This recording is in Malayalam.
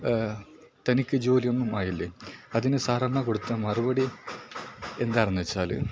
തനിക്ക് ജോലിയൊന്നും ആയില്ലേ അതിന് സാറാമ്മ കൊടുത്ത മറുപടി എന്താണെന്ന് വച്ചാൽ